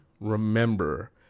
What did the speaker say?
remember